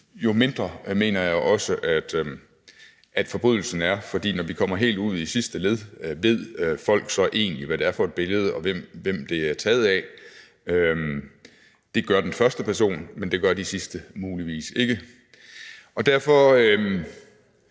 jo mindre mener jeg også at forbrydelsen er, for når vi kommer helt ud i sidste led, ved folk så egentlig, hvad det er for et billede, og hvem det er taget af? Det gør den første person, men det gør de sidste muligvis ikke. Derfor